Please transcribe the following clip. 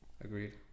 Agreed